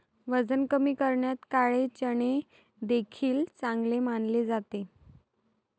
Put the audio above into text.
वजन कमी करण्यात काळे चणे देखील चांगले मानले जाते